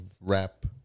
rap